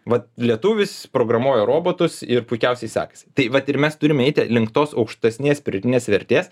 vat lietuvis programuoja robotus ir puikiausiai sekasi tai vat ir mes turime eiti link tos aukštesnės pridėtinės vertės